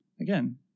again